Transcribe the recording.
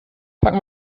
packen